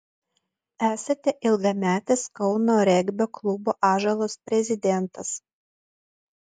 esate ilgametis kauno regbio klubo ąžuolas prezidentas